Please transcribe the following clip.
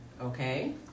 Okay